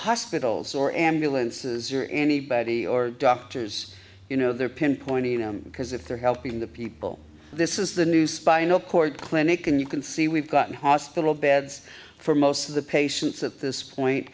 hospitals or ambulances or anybody or doctors you know they're pinpointing them because if they're helping the people this is the new spinal cord clinic and you can see we've gotten hospital beds for most of the patients at this